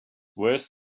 worse